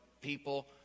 people